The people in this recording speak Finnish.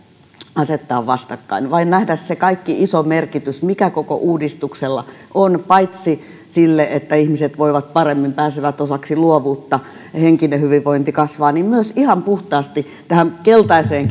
asettaa vastakkain vaan nähdä se kaikki iso merkitys mikä koko uudistuksella on paitsi että ihmiset voivat paremmin pääsevät osaksi luovuutta ja henkinen hyvinvointi kasvaa niin myös ihan puhtaasti tähän keltaiseen